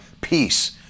peace